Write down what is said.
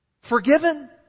Forgiven